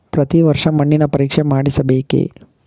ಪ್ರತಿ ವರ್ಷ ಮಣ್ಣಿನ ಪರೀಕ್ಷೆ ಮಾಡಿಸಬೇಕೇ?